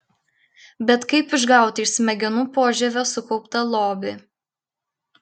bet kaip išgauti iš smegenų požievio sukauptą lobį